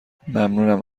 ممنونم